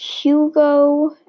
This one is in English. Hugo